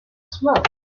smoke